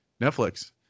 Netflix